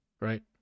right